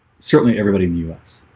certainly everybody in the u s.